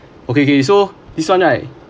okay okay so this one right